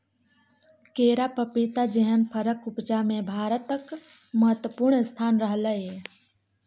केरा, पपीता जेहन फरक उपजा मे भारतक महत्वपूर्ण स्थान रहलै यै